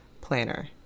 planner